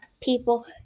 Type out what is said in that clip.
people